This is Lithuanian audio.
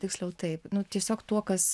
tiksliau taip nu tiesiog tuo kas